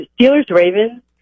Steelers-Ravens